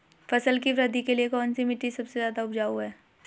फसल की वृद्धि के लिए कौनसी मिट्टी सबसे ज्यादा उपजाऊ है?